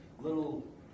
little